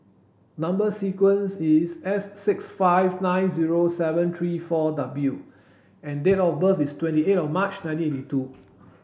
number sequence is S six five nine zero seven three four W and date of birth is twenty eight of March nineteen eighty two